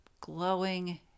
glowing